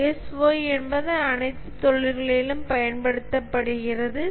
ISO என்பது அனைத்து தொழில்களிலும் பயன்படுத்தப்படுகிறது